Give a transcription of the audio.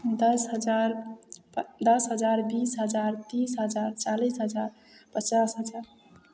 दस हजार दस हजार बीस हजार तीस हजार चालीस हजार पचास हजार